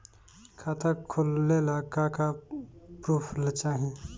खाता खोलले का का प्रूफ चाही?